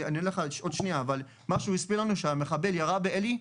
מה שהוא הסביר לנו שהמחבל ירה באלי,